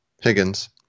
Higgins